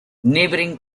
neighbouring